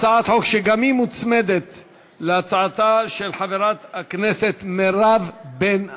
הצעת חוק שמוצמדת להצעתה של חברת הכנסת מירב בן ארי.